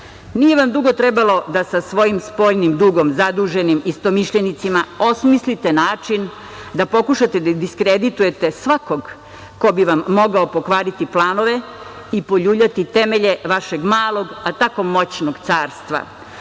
vam dugo trebalo da sa svojim spoljnim dugom zaduženim istomišljenicima osmislite način da pokušate da diskreditujete svakog ko bi vam mogao pokvariti planove i poljuljati temelje vašeg malog, a tako moćnog carstva.